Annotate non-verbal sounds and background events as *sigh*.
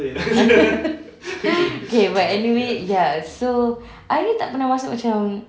*laughs* okay but anyway ya so I ni tak pernah masuk macam